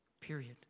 period